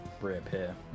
reappear